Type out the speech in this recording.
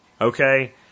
okay